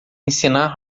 ensinar